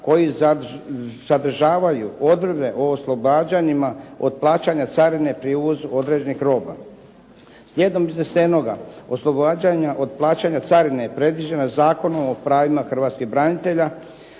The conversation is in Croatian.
koji sadržavaju odredbe o oslobađanjima od plaćanja carine pri uvozu određenih roba. Slijedom iznesenoga oslobađanja od plaćanja carine predviđeno je Zakonom o pravima hrvatskih branitelja